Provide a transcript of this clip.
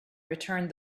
returned